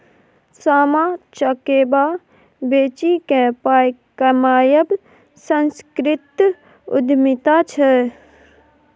सामा चकेबा बेचिकेँ पाय कमायब सांस्कृतिक उद्यमिता छै